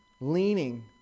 leaning